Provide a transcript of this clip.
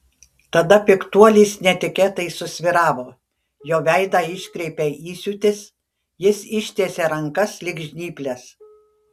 tada piktuolis netikėtai susvyravo jo veidą iškreipė įsiūtis jis ištiesė rankas lyg žnyples